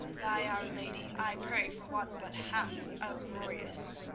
by our lady, i pray for one but half as glorious!